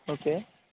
okay